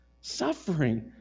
Suffering